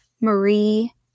Marie